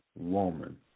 woman